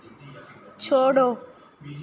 छोड़ो